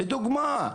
לדוגמא,